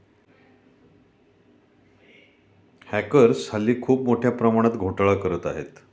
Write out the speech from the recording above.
hackers हल्ली खूप मोठ्या प्रमाणात घोटाळा करत आहेत